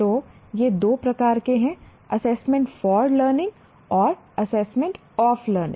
तो ये दो प्रकार के हैं एसेसमेंट फॉर लर्निंग और एसेसमेंट ऑफ लर्निंग